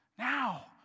Now